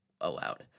allowed